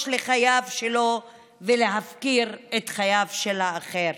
לחייו שלו ולהפקיר את חייו של האחר,